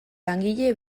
langile